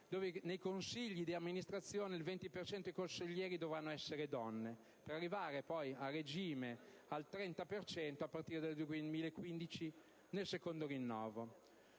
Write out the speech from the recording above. nei consigli di amministrazione il 20 per cento dei consiglieri dovranno essere donne, per arrivare poi, a regime, al 30 per cento a partire dal 2015, nel secondo rinnovo.